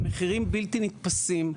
המחירים בלתי נתפסים.